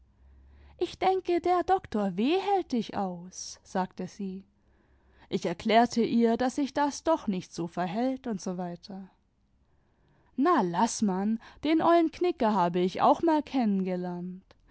ich denke der dr w hält dich aus sagte sie ich erklärte ihr daß sich das doch nicht so verhält usw na laß man den ollen knicker habe ich auch mal